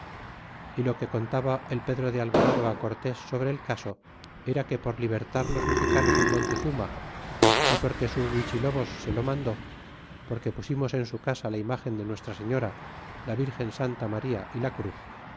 y lo que contaba el pedro de alvarado cortés sobre el caso era que por libertar los mexicanos al montezuma é porque su huichilobos se lo mandó porque pusimos en su casa la imgen de nuestra señora la virgen santa maría y la cruz